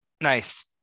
Nice